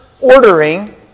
ordering